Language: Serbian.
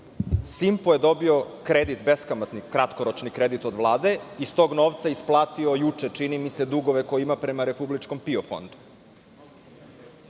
„Simpo“ je dobio beskamatni, kratkoročni kredit od Vlade i iz tog novca isplatio juče, čini mi se, dugove koje ima prema republičkom PIO fondu.